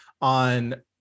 on